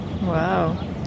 Wow